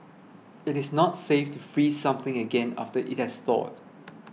it is not safe to freeze something again after it has thawed